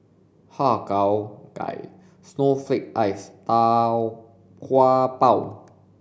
Har Cheong Gai Snowflake Ice and Tau Kwa Pau